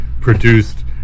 produced